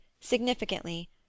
significantly